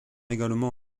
également